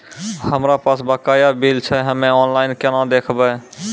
हमरा पास बकाया बिल छै हम्मे ऑनलाइन केना देखबै?